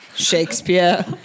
Shakespeare